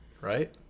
right